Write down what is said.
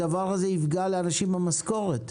הדבר הזה יפגע לאנשים במשכורת,